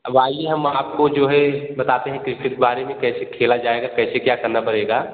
अब आइए हम आपको जो हैं बताते हैं क्रिकेट के बारे में कैसे खेला जाएगा कैसे क्या करना पड़ेगा